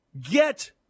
get